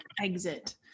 Exit